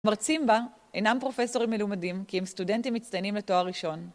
במרצים בה אינם פרופסורים מלומדים, כי הם סטודנטים מצטיינים לתואר ראשון.